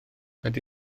ydy